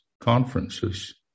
conferences